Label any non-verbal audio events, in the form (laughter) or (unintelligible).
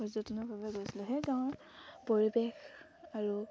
পৰ্যটনৰ বাবে গৈছিলোঁ সেই (unintelligible) পৰিৱেশ আৰু